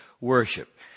worship